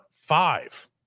five